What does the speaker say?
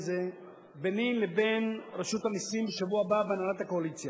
זה ביני לבין רשות המסים בשבוע הבא בהנהלת הקואליציה.